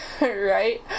Right